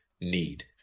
need